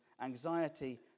anxiety